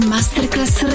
Masterclass